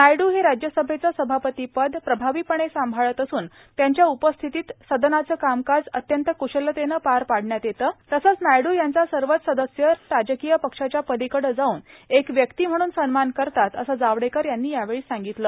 नायडू हे राज्यसभेचे सभापती पद प्रभावीपणे सांभाळत असून त्यांच्या उपस्थितीत सदनाचं कामकाज अत्यंत क्शलतेनं पार पाडण्यात येतं तसंच नायडू यांचा सर्वच सदस्य राजकीय पक्षाच्या पलीकडे जाऊन एक व्यक्ती म्हणून सन्मान करतात असं जावडेकर यांनी यावेळी सांगितलं